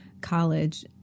college